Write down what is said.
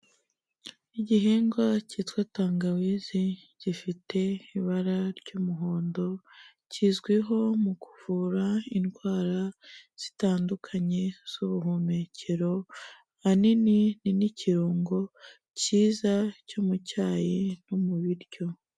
Igihingwa cyitwa tangawizi, gifite ibara ry'umuhondo, kizwiho mu kuvura indwara zitandukanye z'ubuhumekero, ahanini ni n'ikirungo cyiza cyo mu cyayi no mu biryo.